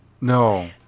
No